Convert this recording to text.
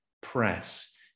Press